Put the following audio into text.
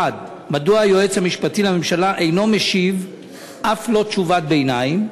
1. מדוע היועץ המשפטי לממשלה אינו משיב אף לא תשובת ביניים?